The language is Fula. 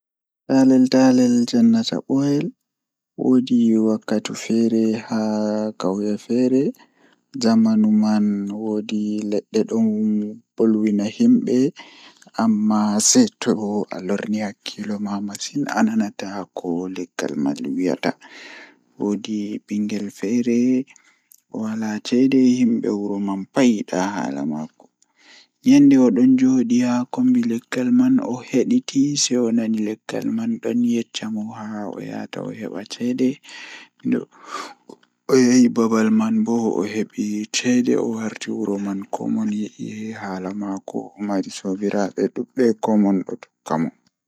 Taalel taalel jannata booyel, Woodi bingel feere ni odon mari babi nyende odon joodi tan sei babi man fuddi wolwugo ovi haa babi adon wolwa na babi wee ehe midon wolwa mi wawi wolde ko ndei bo midon nana ko awiyata, Sei ovi toh mi hebi soobajo hande kan handi en tokka yewtugo onani beldum bebi manma nani beldum, Takala mulus,